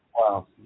wow